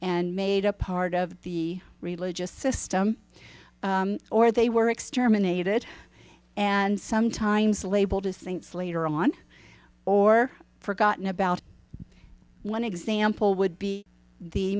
and made a part of the religious system or they were exterminated and sometimes labeled as things later on or forgotten about one example would be the